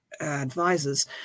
advisors